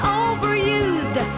overused